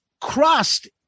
crust